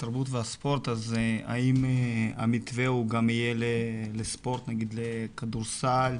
האם המתווה הוא גם יהיה לספורט, נגיד לכדורסל?